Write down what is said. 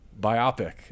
biopic